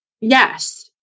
Yes